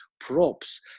props